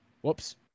whoops